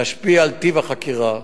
להשפיע על טיב החקירה.